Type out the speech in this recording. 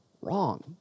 wrong